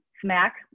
smack